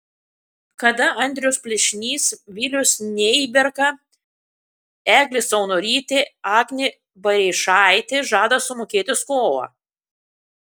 kada andrius plėšnys vilius neiberka eglė saunorytė agnė bareišaitė žada sumokėti skolą